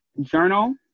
Journal